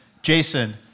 Jason